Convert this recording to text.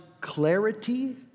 clarity